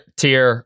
tier